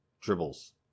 dribbles